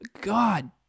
God